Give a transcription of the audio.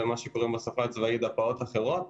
ומה שקרוי בשפה הצבאית דפ"אות אחרות,